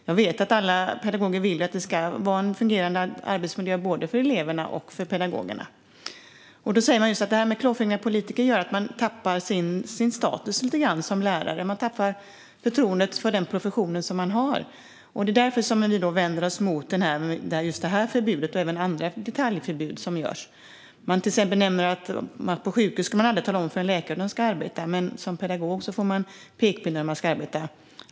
Jag vet att alla pedagoger vill ha en fungerande arbetsmiljö både för eleverna och för pedagogerna. Där säger man just att klåfingriga politiker gör att man lite grann tappar sin status som lärare - man tappar det förtroende för professionen som finns. Det är därför vi vänder oss mot detta förbud och även mot andra detaljförbud som införs. Man nämner till exempel att ingen skulle tala om för en läkare hur arbetet på sjukhuset ska gå till men att man som pedagog får pekpinnar gällande hur man ska arbeta.